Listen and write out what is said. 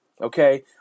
okay